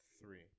three